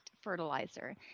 fertilizer